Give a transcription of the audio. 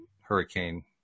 hurricane